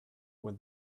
when